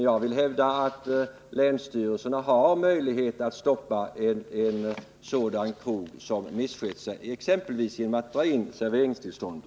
Jag vill hävda att länsstyrelserna har möjlighet att stoppa en sådan krog som missköter sig, exempelvis genom att dra in serveringstillståndet.